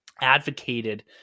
advocated